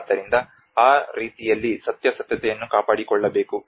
ಆದ್ದರಿಂದ ಆ ರೀತಿಯಲ್ಲಿ ಸತ್ಯಾಸತ್ಯತೆಯನ್ನುಕಾಪಾಡಿಕೊಳ್ಳಬೇಕು